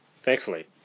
Thankfully